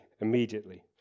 immediately